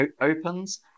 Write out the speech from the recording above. opens